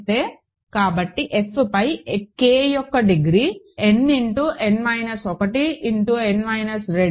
కాబట్టి F పై K యొక్క degree nn minus 1 n minus 2